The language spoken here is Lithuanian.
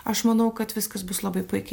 aš manau kad viskas bus labai puikiai